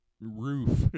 roof